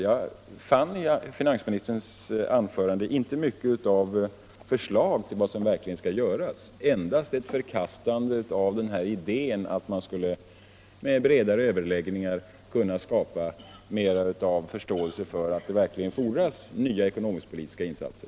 Jag fann i finansministerns anförande inte mycket av förslag till vad som verkligen skall göras utan endast ett förkastande av idén att man med bredare överläggningar skulle kunna skapa större förståelse för att det fordras nya ekonomisk-politiska insatser.